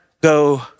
go